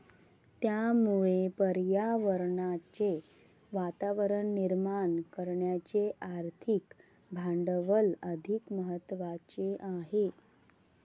त्यामुळे पर्यावरणाचे वातावरण निर्माण करण्याचे आर्थिक भांडवल अधिक महत्त्वाचे आहे